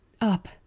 Up